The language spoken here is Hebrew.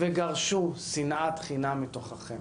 וגרשו שנאת חינם מתוככם.